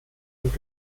und